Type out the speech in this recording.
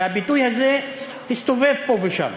הביטוי הזה הסתובב פה ושם.